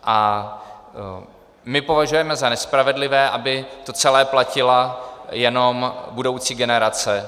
A my považujeme za nespravedlivé, aby to celé platila jenom budoucí generace.